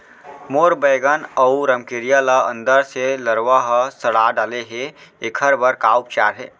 मोर बैगन अऊ रमकेरिया ल अंदर से लरवा ह सड़ा डाले हे, एखर बर का उपचार हे?